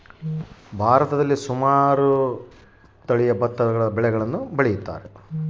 ಭಾರತದಲ್ಲಿ ಎಷ್ಟು ಬಗೆಯ ಭತ್ತದ ತಳಿಗಳನ್ನು ಬೆಳೆಯುತ್ತಾರೆ?